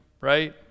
Right